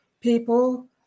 people